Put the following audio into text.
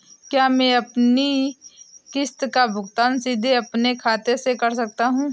क्या मैं अपनी किश्त का भुगतान सीधे अपने खाते से कर सकता हूँ?